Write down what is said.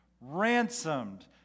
ransomed